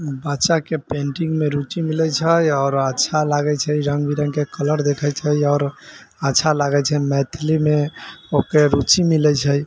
बच्चाके पेन्टिङ्गमे रुचि मिलै छै आओर अच्छा लागै छै रङ्गबिरङ्गके कलर देखै छै आओर अच्छा लागै छै मैथिलीमे ओकरे रुचि मिलै छै